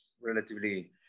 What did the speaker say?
relatively